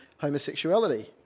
homosexuality